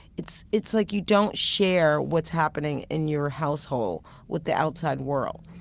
it's it's like you don't share what's happening in your household with the outside world.